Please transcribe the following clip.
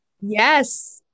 yes